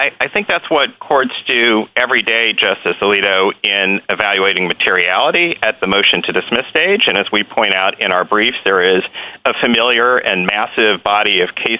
i think that's what courts do every day justice alito in evaluating materiality at the motion to dismiss stage and as we point out in our briefs there is a familiar and massive body of case